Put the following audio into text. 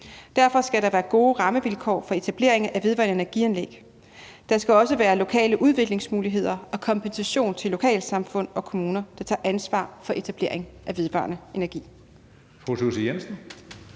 Derfor skal der være gode rammevilkår for etablering af vedvarende energi-anlæg. Der skal også være lokale udviklingsmuligheder og kompensation til lokalsamfund og kommuner, der tager ansvar for etablering af vedvarende energi-anlæg.